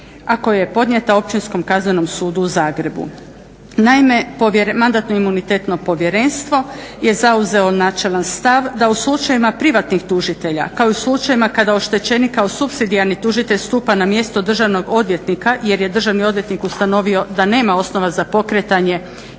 a koja je podnijeta Općinskom kaznenom sudu u Zagrebu. Naime, Mandatno-imunitetno povjerenstvo je zauzelo načelan stav da u slučajevima privatnih tužitelja, kao i slučajevima kada oštećenik kao supsidijarni tužitelj stupa na mjesto državnog odvjetnika jer je državni odvjetnik ustanovio da nema osnova za pokretanje